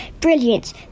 brilliant